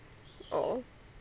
or